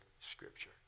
Scripture